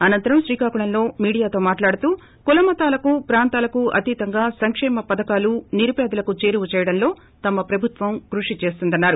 అనంతరం శ్రీకాకుళంలో మీడియాతో మాట్లాడుతూ కులమతాలకు ప్రాంతాలకు అతీతంగా సంకేమ పధకాలు నిరుపేదలకు చేరువ చేయడంలో తమ ప్రభుత్వం కృషి చేస్తుందని అన్నారు